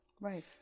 Right